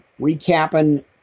recapping